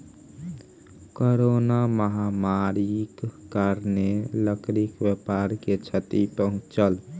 corona महामारीक कारणेँ लकड़ी व्यापार के क्षति पहुँचल